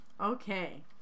Okay